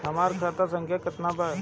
हमरा खाता संख्या केतना बा?